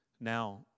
now